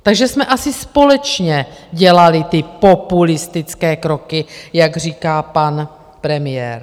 Takže jsme asi společně dělali ty populistické kroky, jak říká pan premiér.